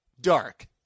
dark